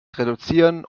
reduzieren